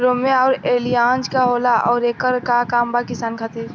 रोम्वे आउर एलियान्ज का होला आउरएकर का काम बा किसान खातिर?